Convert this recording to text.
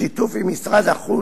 בשיתוף עם משרד החוץ,